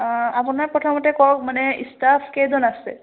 আপোনাৰ প্ৰথমতে কওক মানে ষ্টাফ কেইজন আছে